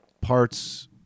parts